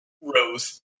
rose